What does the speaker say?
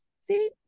See